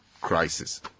crisis